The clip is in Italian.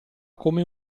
come